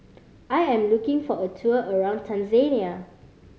I am looking for a tour around Tanzania